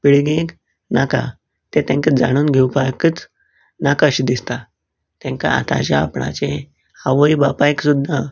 पिळगेक नाका तें तेंकां जाणून घेवपाकच नाका अशें दिसता तेंका आताचें आपणाचें आवय बापायक सुद्दां